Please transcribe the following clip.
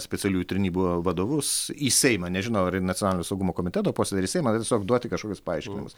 specialiųjų tarnybų vadovus į seimą nežinau ar į nacionalinio saugumo komiteto posėdį ar į seimą tiesiog duoti kažkokius paaiškinimus